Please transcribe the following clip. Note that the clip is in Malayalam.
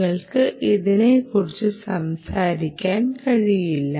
നിങ്ങൾക്ക് ഇതിനെക്കുറിച്ച് സംസാരിക്കാൻ കഴിയില്ല